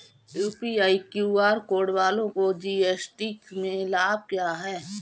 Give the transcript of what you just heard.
UPI QR code वालों को GST में लाभ क्या है?